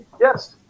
Yes